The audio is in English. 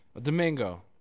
Domingo